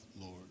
Lord